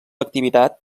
activitat